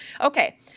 Okay